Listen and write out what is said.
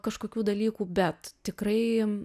kažkokių dalykų bet tikrai